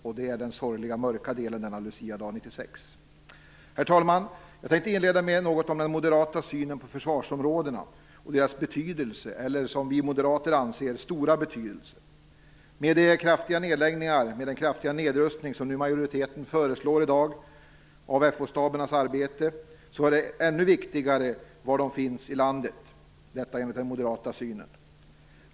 Det är den sorgliga mörka delen denna luciadag 1996. Herr talman! Jag tänkte inleda med något om den moderata synen på försvarsområdena och försvarsområdenas betydelse - deras, som vi moderater anser, stora betydelse. Med den kraftiga nedrustning av FO-stabernas arbete som majoriteten föreslår i dag blir det ännu viktigare var i landet de finns. Detta enligt den moderata synen.